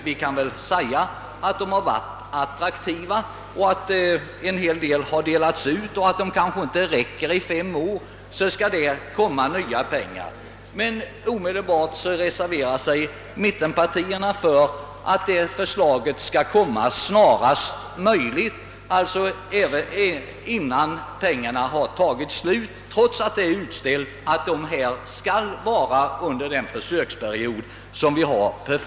Vi kan väl säga att dessa lån varit attraktiva och att de kanske inte räcker i fem år — en hel del har delats ut. Omedelbart reserverar sig mittenpartierna för att detta förslag skall komma snarast möjligt, alltså innan pengarna har tagit slut, trots att det är utsagt att de skall användas under försöksperioden på fem år.